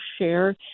share